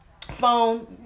phone